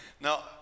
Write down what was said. Now